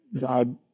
God